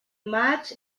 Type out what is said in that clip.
maig